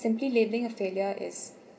simply leaving a failure is